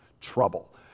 trouble